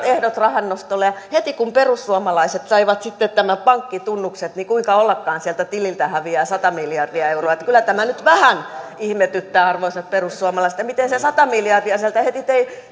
ehdot rahan nostolle ja heti kun perussuomalaiset saivat sitten pankkitunnukset niin kuinka ollakaan sieltä tililtä häviää sata miljardia euroa että kyllä tämä nyt vähän ihmetyttää arvoisat perussuomalaiset miten se sata miljardia sieltä pääsi häviämään heti